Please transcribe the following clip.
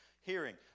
Hearing